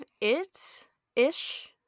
it-ish